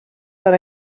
per